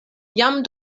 jam